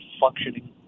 functioning